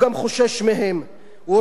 הוא אומר: בחטיבת הביניים למדתי